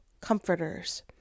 comforters